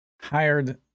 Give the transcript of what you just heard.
hired